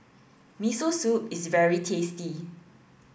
Miso Soup is very tasty